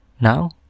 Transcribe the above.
Now